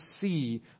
see